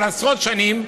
אבל עשרות שנים,